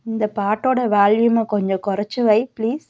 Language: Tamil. இந்த பாட்டோட வால்யூமை கொஞ்சம் குறச்சி வை ப்ளீஸ்